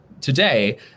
today